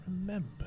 remember